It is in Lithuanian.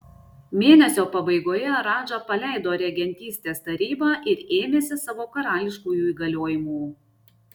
mėnesio pabaigoje radža paleido regentystės tarybą ir ėmėsi savo karališkųjų įgaliojimų